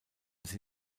sie